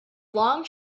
long